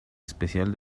especial